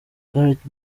gareth